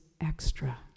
extra